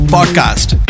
Podcast